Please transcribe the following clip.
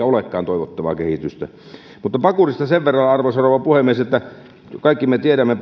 ole toivottavaa kehitystä mutta pakurista sen verran arvoisa rouva puhemies että kaikki me tiedämme